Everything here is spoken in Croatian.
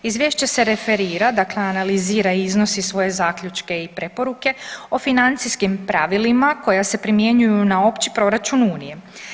Izvješće se referira, dakle analizira i iznosi svoje zaključke i preporuke o financijskim pravilima koja se primjenjuju na opći proračun Unije.